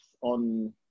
on